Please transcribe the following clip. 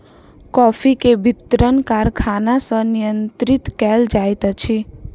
coffee के वितरण कारखाना सॅ नियंत्रित कयल जाइत अछि